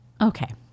Okay